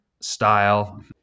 style